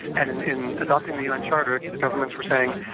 and in in adopting the un charter governments were saying,